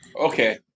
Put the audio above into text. Okay